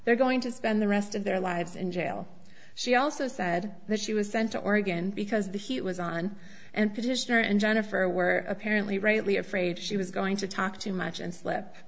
they're going to spend the rest of their lives in jail she also said that she was sent to oregon because the heat was on and petitioner and jennifer were apparently rightly afraid she was going to talk too much and slip